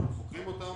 אנחנו חוקרים אותן,